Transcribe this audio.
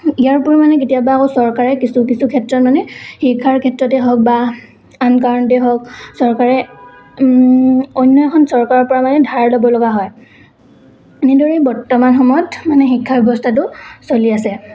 ইয়াৰ উপৰিও মানে কেতিয়াবা আকৌ চৰকাৰে কিছু কিছু ক্ষেত্ৰত মানে শিক্ষাৰ ক্ষেত্ৰতে হওক বা আন কাৰণতে হওক চৰকাৰে অন্য এখন চৰকাৰৰপৰা মানে ধাৰ ল'ব লগা হয় এনেদৰে বৰ্তমান সময়ত মানে শিক্ষা ব্যৱস্থাটো চলি আছে